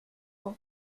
und